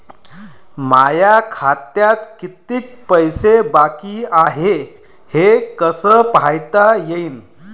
माया खात्यात कितीक पैसे बाकी हाय हे कस पायता येईन?